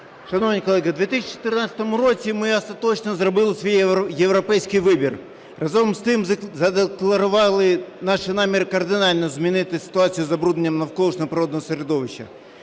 Шановні колеги, в 2014 році ми остаточно зробили свій європейський вибір, разом з тим задекларували наші наміри кардинально змінити ситуацію із забрудненням навколишнього природного середовища.